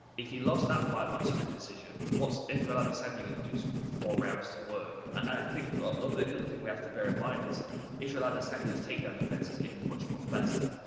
if he lost that fight by split decision, what's israel adesanya gonna do to him with four rounds to work? i think ah the other thing we have to bear in mind is israel adesanya's takedown defense is getting much, much better.